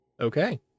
Okay